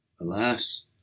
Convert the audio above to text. alas